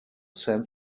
san